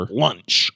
lunch